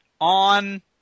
on –